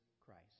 Christ